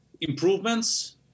Improvements